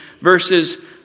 verses